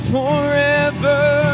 Forever